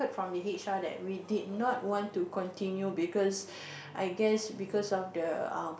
from the h_r that we did not want to continue because I guess because of the um